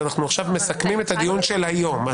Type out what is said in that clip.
אנחנו מסכמים את הדיון של היום.